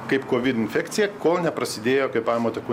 kaip covid infekcija kol neprasidėjo kvėpavimo takų